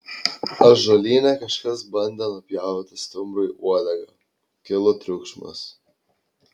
ąžuolyne kažkas bandė nupjauti stumbrui uodegą kilo triukšmas